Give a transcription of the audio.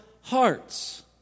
hearts